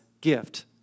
gift